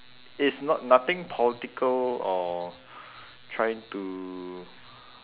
it's not nothing political or trying to